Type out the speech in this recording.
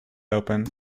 open